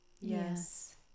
Yes